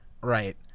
right